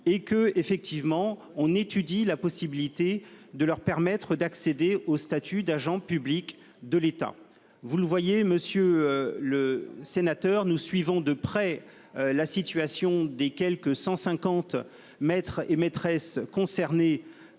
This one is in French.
et d'étudier la possibilité de leur permettre d'accéder au statut d'agent public de l'État. Vous le voyez, monsieur le sénateur, nous suivons de près la situation des quelque 150 maîtres et maîtresses concernés